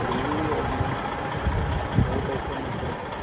दिल्ली और में बहुत ऐसे नेसन